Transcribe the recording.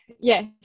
yes